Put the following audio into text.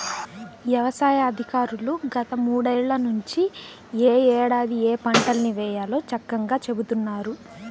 యవసాయ అధికారులు గత మూడేళ్ళ నుంచి యే ఏడాది ఏయే పంటల్ని వేయాలో చక్కంగా చెబుతున్నారు